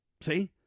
See